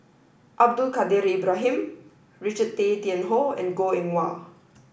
Abdul Kadir Ibrahim Richard Tay Tian Hoe and Goh Eng Wah